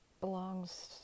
belongs